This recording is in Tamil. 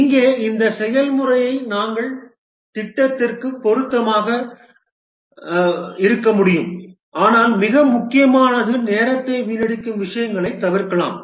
இங்கே இந்த செயல்முறையை நாங்கள் திட்டத்திற்கு பொருத்த முடியும் ஆனால் மிக முக்கியமானது நேரத்தை வீணடிக்கும் விஷயங்களைத் தவிர்க்கலாம்